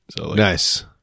Nice